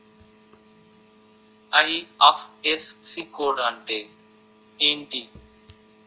IFSC code అంటే ఏంటి?